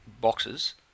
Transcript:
boxes